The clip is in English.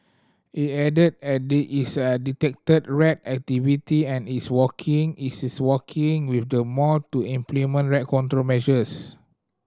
it added add is a detected rat activity and is working working with the mall to implement rat control measures